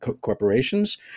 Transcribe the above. corporations